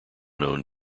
known